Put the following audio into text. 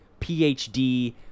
phd